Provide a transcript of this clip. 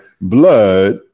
blood